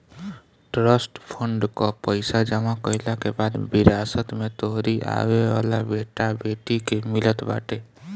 trust fund कअ पईसा जमा कईला के बाद विरासत में तोहरी आवेवाला बेटा बेटी के मिलत बाटे